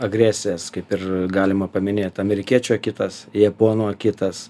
agresijas kaip ir galima paminėt amerikiečių akitas japonų akitas